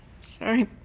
Sorry